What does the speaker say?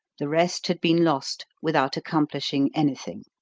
the rest had been lost, without accomplishing any thing.